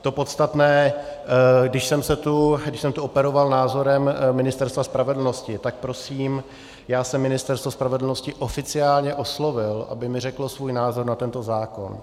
To podstatné, když jsem tu operoval názorem Ministerstva spravedlnosti, tak prosím, já jsem Ministerstvo spravedlnosti oficiálně oslovil, aby mi řeklo svůj názor na tento zákon.